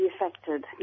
affected